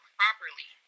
properly